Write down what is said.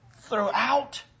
Throughout